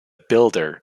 builder